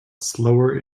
slower